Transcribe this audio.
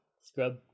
Scrub